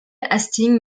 hastings